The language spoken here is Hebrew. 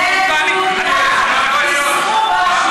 מההיסטוריה שלנו.